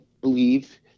believe